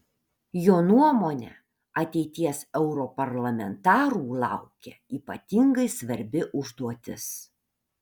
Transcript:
jo nuomone ateities europarlamentarų laukia ypatingai svarbi užduotis